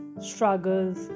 struggles